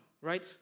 right